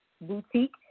Boutique